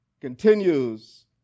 Continues